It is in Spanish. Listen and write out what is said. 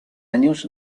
años